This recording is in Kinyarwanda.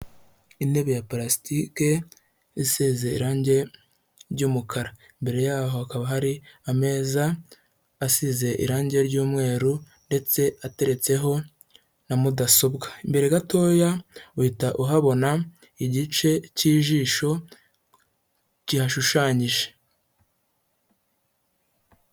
Iya purasitike isize irangi ry'umukara. Imbere yaho hakaba hari ameza asize irangi ry'umweru ndetse ateretseho na mudasobwa. Imbere gatoya uhita uhabona igice cy'ijisho kihashushanyije.